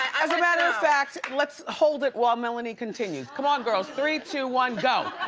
as a matter of fact, let's hold it while melanie continues. come on girls, three, two, one, go.